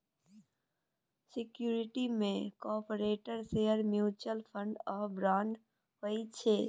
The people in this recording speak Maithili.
सिक्युरिटी मे कारपोरेटक शेयर, म्युचुअल फंड आ बांड होइ छै